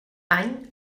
any